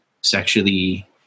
sexually